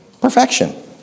Perfection